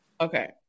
Okay